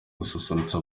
gususurutsa